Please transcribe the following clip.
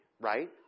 right